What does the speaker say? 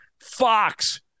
Fox